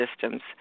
systems